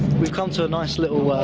we've come to a nice little,